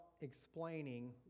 explaining